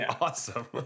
awesome